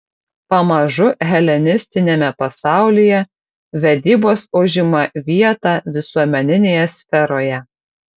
pamažu helenistiniame pasaulyje vedybos užima vietą visuomeninėje sferoje